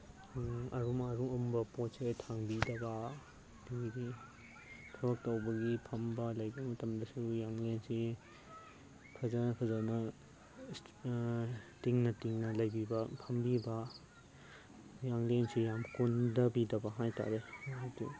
ꯑꯔꯨꯝ ꯑꯔꯨꯝꯕ ꯄꯣꯠ ꯆꯩ ꯊꯥꯡꯕꯤꯗꯕ ꯑꯗꯨꯒꯤꯗꯤ ꯊꯕꯛ ꯇꯧꯕꯒꯤ ꯐꯝꯕ ꯂꯩꯕ ꯃꯇꯝꯗꯁꯨ ꯌꯥꯡꯂꯦꯟꯁꯤ ꯐꯖꯅ ꯐꯖꯅ ꯇꯤꯡꯅ ꯇꯤꯡꯅ ꯂꯩꯕꯤꯕ ꯐꯝꯕꯤꯕ ꯌꯥꯡꯂꯦꯟꯁꯨ ꯌꯥꯝ ꯀꯣꯟꯗꯕꯤꯗꯕ ꯍꯥꯏ ꯇꯥꯔꯦ ꯑꯗꯨ